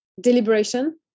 Deliberation